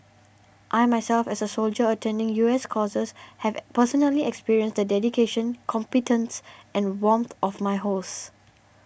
I myself as a soldier attending U S courses have personally experienced the dedication competence and warmth of my hosts